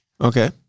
Okay